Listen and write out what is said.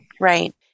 Right